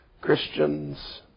Christians